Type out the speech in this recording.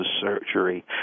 surgery